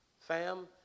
Fam